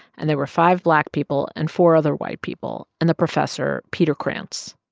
and there were five black people and four other white people and the professor, peter kranz.